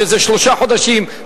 שזה שלושה חודשים.